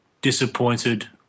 disappointed